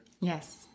Yes